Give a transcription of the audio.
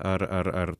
ar ar ar